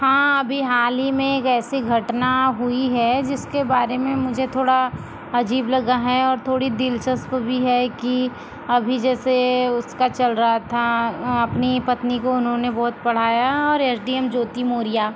हाँ अभी हाल ही में एक ऐसी घटना हुई है जिसके बारे में मुझे थोड़ा अजीब लगा है और थोड़ा दिलचस्प भी है कि अभी जैसे उसका चल रहा था अपनी पत्नी को उन्होंने बहुत पढ़ाया और S D M Jyoti Morya